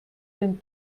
den